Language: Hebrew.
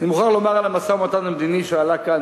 אני מבקש לומר על המשא-ומתן המדיני שעלה כאן,